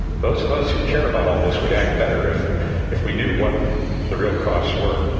those of us who care about all this would act better if if we knew what the real costs were.